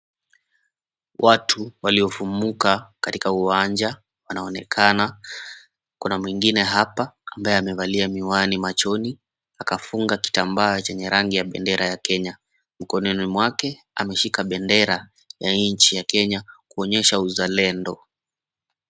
Watu waliofumuka katika uwanja wanaonekana. Kuna mwingine hapa ambaye amevalia miwani machoni, akafunga kitambaa chenye rangi ya bendera ya Kenya. Mkononi mwake ameshika bendera ya nchi ya Kenya, kuonyesha uzalendo.